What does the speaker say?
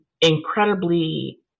incredibly